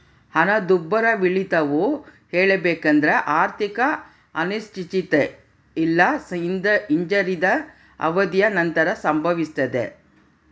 ಹಣದುಬ್ಬರವಿಳಿತವು ಹೇಳಬೇಕೆಂದ್ರ ಆರ್ಥಿಕ ಅನಿಶ್ಚಿತತೆ ಇಲ್ಲಾ ಹಿಂಜರಿತದ ಅವಧಿಯ ನಂತರ ಸಂಭವಿಸ್ತದೆ